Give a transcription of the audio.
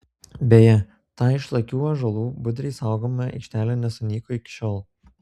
beje ta išlakių ąžuolų budriai saugoma aikštelė nesunyko iki šiol